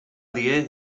die